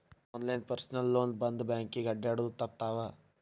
ಈ online personal loan ಬಂದ್ ಬ್ಯಾಂಕಿಗೆ ಅಡ್ಡ್ಯಾಡುದ ತಪ್ಪಿತವ್ವಾ